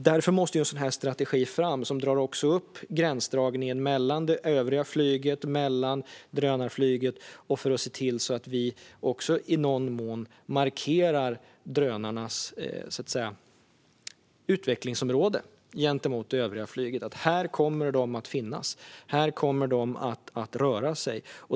Därför måste en strategi komma fram där man gör gränsdragningen mellan det övriga flyget och drönarflyget för att se till att vi i någon mån markerar drönarnas utvecklingsområde gentemot det övriga flyget och säger: Här kommer de att finnas, och här kommer de att röra sig.